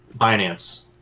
Binance